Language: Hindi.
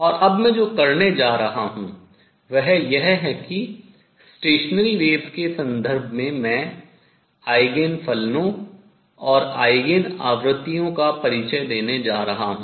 और अब मैं जो करने जा रहा हूँ वह यह है कि अप्रगामी तरंगों के संदर्भ में मैं आयगेन फलनों और आयगेन आवृत्तियों का परिचय देने जा रहा हूँ